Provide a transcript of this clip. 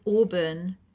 Auburn